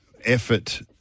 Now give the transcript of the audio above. effort